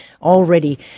already